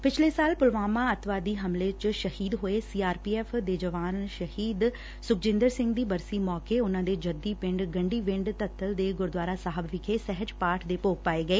ਪਿਛਲੇ ਸਾਲ ਪੁਲਵਾਮਾ ਅੱਤਵਾਦੀ ਹਮਲੇ ਵਿਚ ਸ਼ਹੀਦ ਹੋਏ ਸੀ ਆਰ ਪੀ ਐਫ ਦੇ ਜਵਾਨ ਸ਼ਹੀਦ ਸੁਖਜਿੰਦਰ ਸਿੰਘ ਦੀ ਬਰਸੀ ਮੌਕੇ ਉਹਨਾਂ ਦੇ ਜੱਦੀ ਪਿੰਡ ਗੰਡੀਵਿੰਡ ਧੱਤਲ ਦੇ ਗੁਰੁਦੁਆਰਾ ਸਾਹਿਬ ਵਿਖੇ ਸਹਿਜ ਪਾਠ ਦੇ ਭੋਗ ਪਾਏ ਗਏ